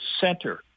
center